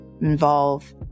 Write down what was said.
involve